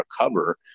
recover